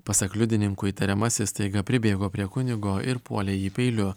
pasak liudininkų įtariamasis staiga pribėgo prie kunigo ir puolė jį peiliu